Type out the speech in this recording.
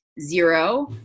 zero